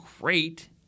great